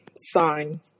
Sign